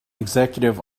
executive